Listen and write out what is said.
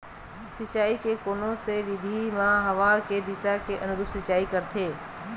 सिंचाई के कोन से विधि म हवा के दिशा के अनुरूप सिंचाई करथे?